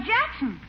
Jackson